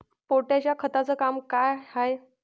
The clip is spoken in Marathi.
पोटॅश या खताचं काम का हाय?